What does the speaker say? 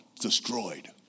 destroyed